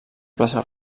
plaça